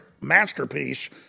masterpiece